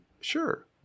sure